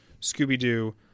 Scooby-Doo